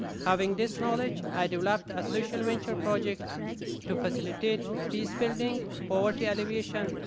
having this knowledge, i developed a social venture project to facilitate peace building, poverty alleviation,